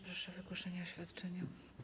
Proszę o wygłoszenie oświadczenia.